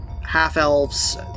half-elves